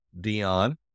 Dion